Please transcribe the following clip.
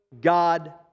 God